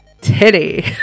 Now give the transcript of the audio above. Titty